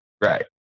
Right